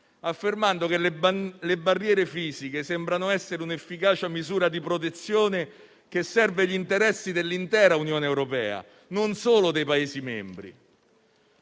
affermando che le barriere fisiche sembrano essere un'efficace misura di protezione, che serve gli interessi dell'intera Unione europea e non solo dei Paesi membri.